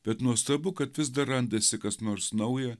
bet nuostabu kad vis dar randasi kas nors nauja